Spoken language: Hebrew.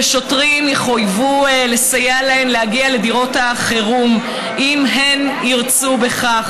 ושוטרים יחויבו לסייע להן להגיע לדירות החירום אם הן ירצו בכך.